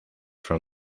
from